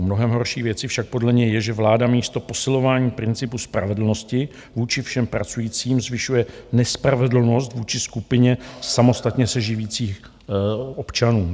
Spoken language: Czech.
Mnohem horší věcí však podle něj je, že vláda místo posilování principu spravedlnosti vůči všem pracujícím zvyšuje nespravedlnost vůči skupině samostatně se živících občanů.